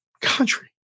country